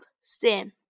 Sam